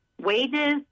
wages